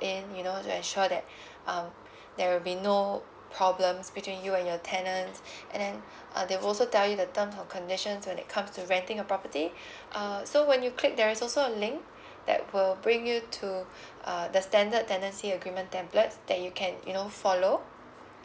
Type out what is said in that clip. in you know to ensure that um there will be no problems between you and your tenants and then uh they'll also tell you the terms and conditions when it comes to renting a property uh so when you click there is also link that will bring you to uh the standard tenancy agreement tablets that you can you know follow